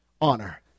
honor